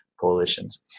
coalitions